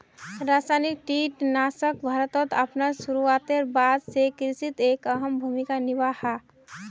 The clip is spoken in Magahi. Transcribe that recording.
रासायनिक कीटनाशक भारतोत अपना शुरुआतेर बाद से कृषित एक अहम भूमिका निभा हा